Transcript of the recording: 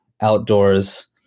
outdoors